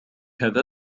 هذا